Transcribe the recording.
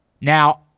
Now